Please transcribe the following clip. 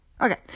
Okay